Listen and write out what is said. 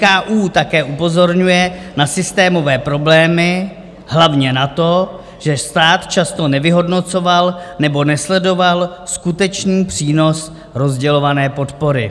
NKÚ také upozorňuje na systémové problémy, hlavně na to, že stát často nevyhodnocoval nebo nesledoval skutečný přínos rozdělované podpory.